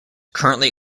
currently